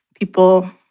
People